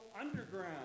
underground